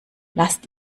lasst